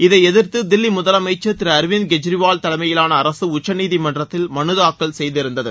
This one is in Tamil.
இதை எதிர்த்து தில்லி முதலமைச்சர் திரு அரவிந்த் கெஜ்ரிவால் தலைமையிலான அரசு உச்சநீதிமன்றத்தில் மனு தாக்கல் செய்திருந்தது